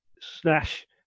slash